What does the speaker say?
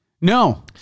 No